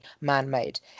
man-made